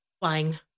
flying